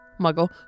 muggle